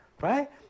right